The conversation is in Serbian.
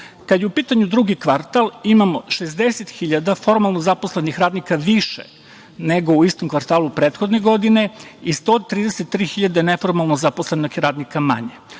je u pitanju drugi kvartal, imamo 60.000 formalno zaposlenih radnika više nego u istom kvartalu prethodne godine i 133.000 neformalno zaposlenih radnika manje.U